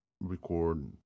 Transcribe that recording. record